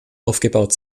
aufgebaut